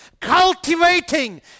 cultivating